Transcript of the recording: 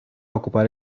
ocupar